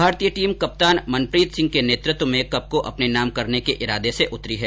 भारतीय टीम कप्तान मनप्रीत सिंह के नेतृत्व में कप को अपने नाम करने के इरादे से उतरी है